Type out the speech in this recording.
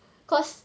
cause